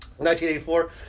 1984